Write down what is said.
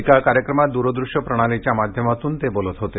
एका कार्यक्रमात दूर दृश्य प्रणालीच्या माध्यमातून ते बोलत होते